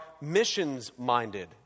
missions-minded